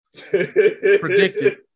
predicted